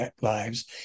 lives